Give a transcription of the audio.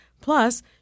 Plus